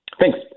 Thanks